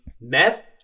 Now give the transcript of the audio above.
meth